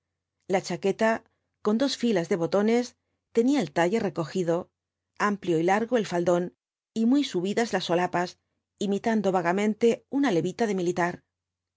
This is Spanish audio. la chaqueta con dos filas de botones tenía el talle recogido amplio y largo el faldón y muy subidas las solapas imitando vagamente una levita de militar